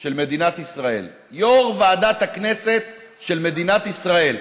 של מדינת ישראל, יו"ר ועדת הכנסת של מדינת ישראל,